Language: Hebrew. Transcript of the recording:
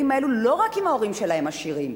האלה לא רק ילדים שההורים שלהם עשירים.